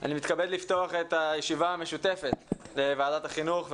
אני מתכבד לפתוח את הישיבה המשותפת של ועד החינוך,